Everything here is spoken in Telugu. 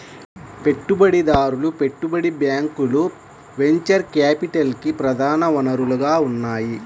పెట్టుబడిదారులు, పెట్టుబడి బ్యాంకులు వెంచర్ క్యాపిటల్కి ప్రధాన వనరుగా ఉన్నాయి